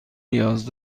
نیاز